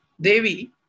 Devi